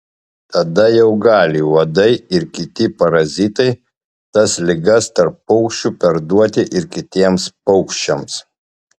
tada jau gali uodai ir kiti parazitai tas ligas tarp paukščių perduoti ir kitiems paukščiams